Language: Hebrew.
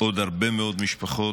עוד הרבה מאוד משפחות.